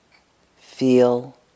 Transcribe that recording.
feel